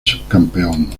subcampeón